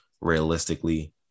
realistically